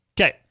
Okay